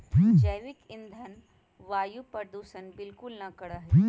जैविक ईंधन वायु प्रदूषण बिलकुल ना करा हई